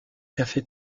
café